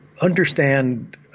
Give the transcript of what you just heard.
understand